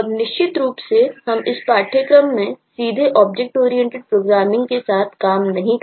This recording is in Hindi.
अब निश्चित रूप से यह पाठ्यक्रम में सीधे ऑब्जेक्ट ओरिएंटेड प्रोग्रामिंग करने में सक्षम हो